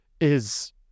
is-